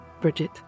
Bridget